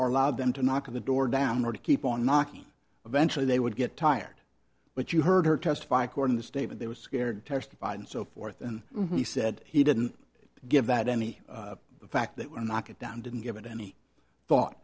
are a lot of them to knock on the door down or to keep on knocking eventually they would get tired but you heard her testify according the statement they were scared testified and so forth and he said he didn't give that any fact that were knock it down didn't give it any thought